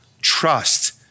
trust